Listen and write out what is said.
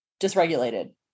dysregulated